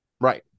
right